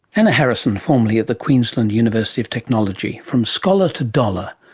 anna harrison, formerly at the queensland university of technology, from scholar to dollar,